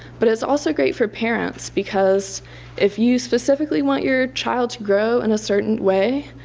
but it's also great for parents because if you specifically want your child to grow in a certain way,